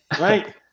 right